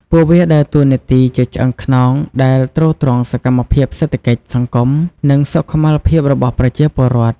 ពួកវាដើរតួនាទីជាឆ្អឹងខ្នងដែលទ្រទ្រង់សកម្មភាពសេដ្ឋកិច្ច សង្គម និងសុខុមាលភាពរបស់ប្រជាពលរដ្ឋ។